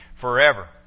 forever